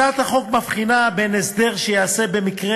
הצעת החוק מבחינה בין הסדר שייעשה במקרה